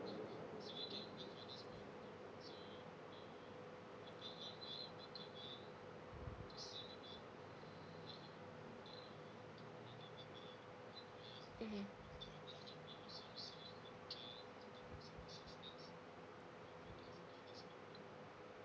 mmhmm